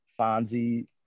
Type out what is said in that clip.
Fonzie